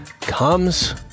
comes